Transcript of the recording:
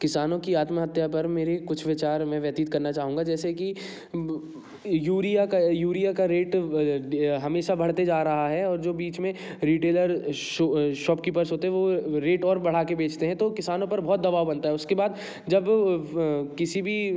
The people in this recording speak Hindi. किसानों की आत्महत्या पर मेरी कुछ विचार मैं व्यतीत करना चाहूँगा जैसे कि यूरिया का यूरिया का रेट हमेशा बढ़ते जा रहा है और जो बीच में रिटेलर शॉपकीपर्स होते हैं वो रेट और बढ़ा के बेचते हैं तो किसानों पर बहुत दबाव बनता है तो उसके बाद जब किसी भी